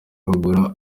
gukura